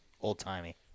Old-timey